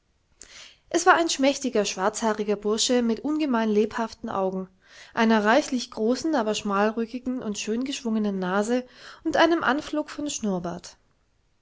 es war ein schmächtiger schwarzhaariger bursche mit ungemein lebhaften angen einer reichlich großen aber schmalrückigen und schön geschwungenen nase und einem anflug von schnurrbart